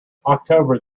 october